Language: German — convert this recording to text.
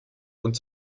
und